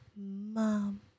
Mom